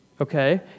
okay